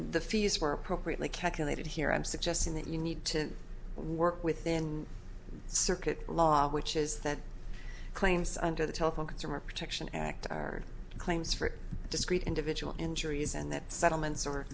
the fees were appropriately calculated here i'm suggesting that you need to work within circuit law which is that claims under the telephone consumer protection act are claims for discrete individual injuries and that settlements